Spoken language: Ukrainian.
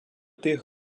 тих